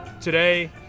today